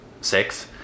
six